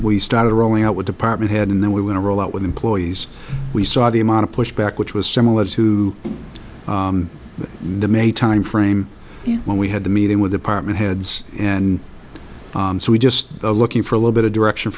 we started rolling out with department head and then we want to roll out with employees we saw the amount of pushback which was similar to the may timeframe when we had the meeting with apartment heads and so we just looking for a little bit of direction